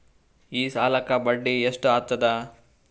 ಈ ಸಾಲಕ್ಕ ಬಡ್ಡಿ ಎಷ್ಟ ಹತ್ತದ?